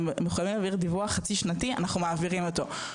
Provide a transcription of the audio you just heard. אנחנו מחויבים להעביר דיווח חצי שנתי אנחנו מעבירים אותו.